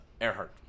Earhart